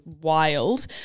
wild